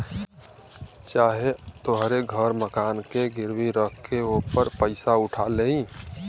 चाहे तोहरे घर मकान के गिरवी रख के ओपर पइसा उठा लेई